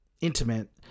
intimate